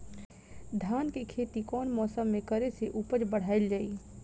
धान के खेती कौन मौसम में करे से उपज बढ़ाईल जाई?